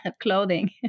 clothing